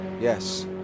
yes